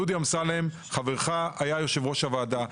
דודי אמסלם, חברך, היה יו"ר הוועדה.